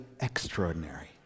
extraordinary